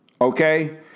okay